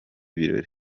birori